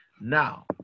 Now